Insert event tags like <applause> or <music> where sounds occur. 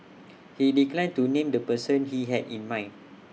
<noise> he declined to name the person he had in mind